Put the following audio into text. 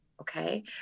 Okay